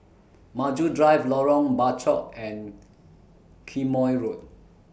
Maju Drive Lorong Bachok and Quemoy Road